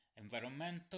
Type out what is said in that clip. Environmental